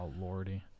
lordy